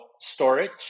storage